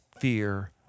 fear